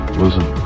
listen